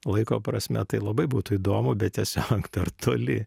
laiko prasme tai labai būtų įdomu bet tiesiog per toli